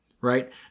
right